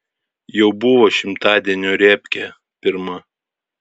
jau buvo šimtadienio repkė pirma